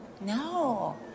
No